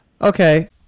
Okay